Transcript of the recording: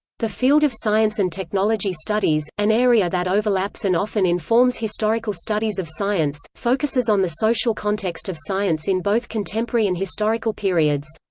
the field of science and technology studies, an area that overlaps and often informs historical studies of science, focuses on the social context of science in both contemporary and historical periods.